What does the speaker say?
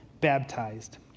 baptized